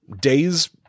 days